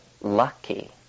lucky